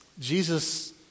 Jesus